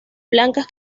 blancas